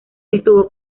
estuvo